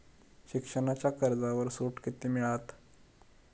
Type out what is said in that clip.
शिक्षणाच्या कर्जावर सूट किती मिळात?